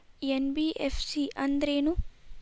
NBFC ಅಂದ್ರೇನು?